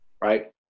right